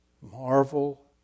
Marvel